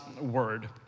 word